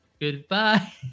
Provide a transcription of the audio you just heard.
goodbye